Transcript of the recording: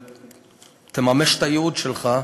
ושתממש את הייעוד שלך,